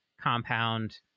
compound